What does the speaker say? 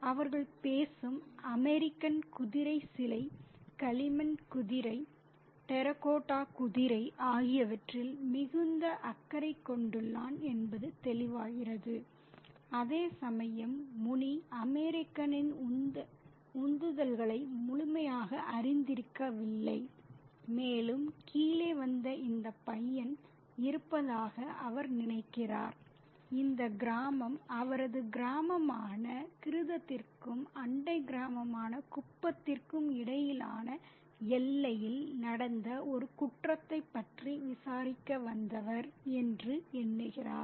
அவர்கள் பேசும்போது அமெரிக்கன் குதிரை சிலை களிமண் குதிரை டெரகோட்டா குதிரை ஆகியவற்றில் மிகுந்த அக்கறை கொண்டுள்ளான் என்பது தெளிவாகிறது அதேசமயம் முனி அமெரிக்கனின் உந்துதல்களை முழுமையாக அறிந்திருக்கவில்லை மேலும் கீழே வந்த இந்த பையன் இருப்பதாக அவர் நினைக்கிறார் இந்த கிராமம் அவரது கிராமமான கிருதத்திற்கும் அண்டை கிராமமான குப்பத்திற்கும் இடையிலான எல்லையில் நடந்த ஒரு குற்றத்தைப் பற்றி விசாரிக்க வந்தவர் என்று எண்ணுகிறார்